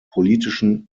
politischen